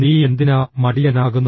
നീയെന്തിനാ മടിയനാകുന്നത്